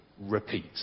Repeat